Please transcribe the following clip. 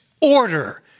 order